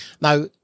Now